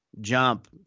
Jump